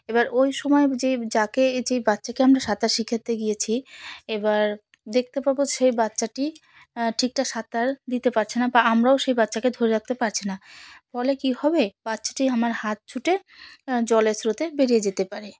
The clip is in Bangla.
এবার ওই সময় যে যাকে যে বাচ্চাকে আমরা সাঁতার শেখাতে গিয়েছি এবার দেখতে পাবো সেই বাচ্চাটি আহ ঠিকঠাক সাঁতার দিতে পারছে না বা আমরাও সেই বাচ্চাকে ধরে রাখতে পারছি না ফলে কি হবে বাচ্চাটি আমার হাত ছুটে জলের স্রোতে বেরিয়ে যেতে পারে